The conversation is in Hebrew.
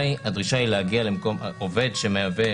עובד שמהווה,